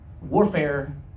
warfare